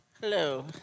Hello